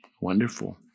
Wonderful